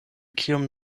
kiom